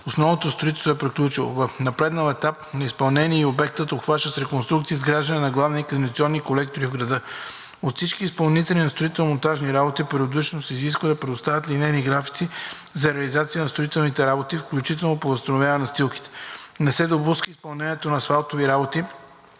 Основното строителство е приключило. В напреднал етап на изпълнение е и обектът, обхващащ реконструкция или изграждане на главни канализационни колектори в града. От всеки от изпълнителите на строително-монтажни работи периодично се изисква да предоставят линейни графици за реализация на строителните работи, включително по възстановяване на настилките. Не се допуска изпълнението на асфалтови работи